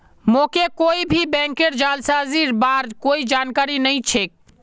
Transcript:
मोके कोई भी बैंकेर जालसाजीर बार कोई जानकारी नइ छेक